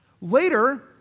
Later